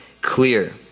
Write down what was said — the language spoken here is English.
clear